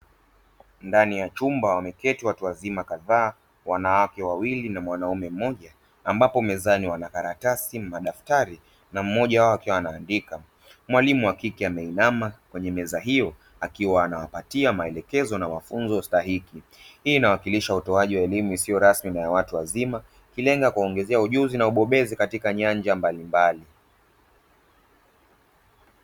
Ndani ya chumba wameketi watu wazima kadhaa, wanawake wawili na mwanaume mmoja, ambapo mezani wana karatasi, madaftari na mmoja wao akiwa anaandika. Mwalimu wa kike ameinama kwenye meza hiyo akiwa anawapatia maelekezo na mafunzo stahiki. Hii inawakilisha utoaji wa elimu isiyo rasmi na ya watu wazima, ikilenga kuongeza ujuzi na ubobezi katika nyanja mbalimbali.